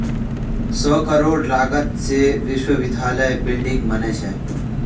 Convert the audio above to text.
सौ करोड़ लागत से विश्वविद्यालयत बिल्डिंग बने छे